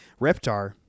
reptar